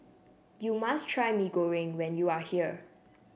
you must try Mee Goreng when you are here